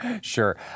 sure